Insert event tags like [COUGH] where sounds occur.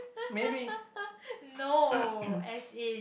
[LAUGHS] no as in